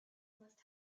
must